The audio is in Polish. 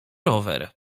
rower